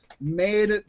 made